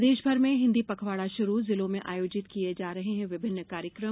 प्रदेशभर में हिन्दी पखवाड़ा शुरू जिलों में आयोजित किये जा रहे हैं विभिन्न कार्यक्रम